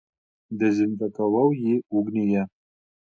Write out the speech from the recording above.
dezinfekavau jį ugnyje